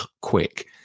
quick